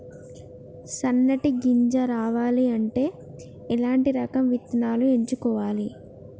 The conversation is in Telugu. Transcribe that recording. సన్నటి గింజ రావాలి అంటే ఎలాంటి రకం విత్తనాలు ఎంచుకోవాలి?